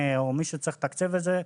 או מי שצריך לתקצב את זה,